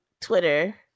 Twitter